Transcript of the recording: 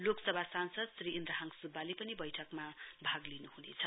लोकसभा सांसद श्री इन्द्रहाङ सुब्बाले पनि बैठकमा भाग लिनुहुनेछ